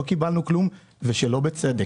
לא קיבלנו כלום, ושלא בצדק.